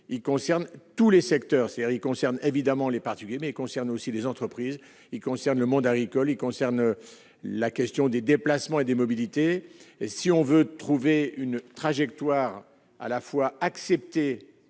il concerne tous les secteurs, série concerne évidemment les particuliers mais concerne aussi les entreprises, ils concernent le monde agricole, il concerne la question des déplacements et des mobilités, si on veut trouver une trajectoire à la fois accepter